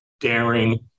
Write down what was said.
daring